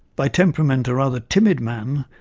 by temperament a rather timid man,